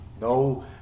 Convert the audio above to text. No